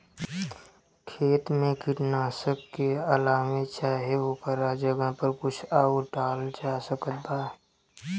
खेत मे कीटनाशक के अलावे चाहे ओकरा जगह पर कुछ आउर डालल जा सकत बा?